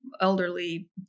elderly